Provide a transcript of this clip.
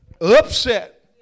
upset